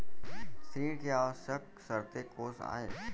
ऋण के आवश्यक शर्तें कोस आय?